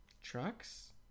Trucks